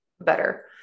better